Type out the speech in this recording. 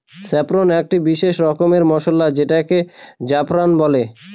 saffron একটি বিশেষ রকমের মসলা যেটাকে জাফরান বলে